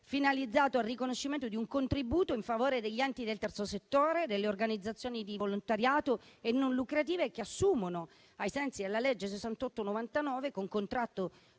finalizzato al riconoscimento di un contributo in favore degli enti del terzo settore, delle organizzazioni di volontariato e non lucrative che assumono, ai sensi della legge n. 68 del 1999, con contratto